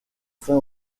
fin